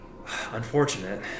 unfortunate